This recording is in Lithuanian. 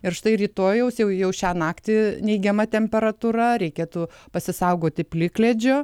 ir štai rytojaus jau šią naktį neigiama temperatūra reikėtų pasisaugoti plikledžio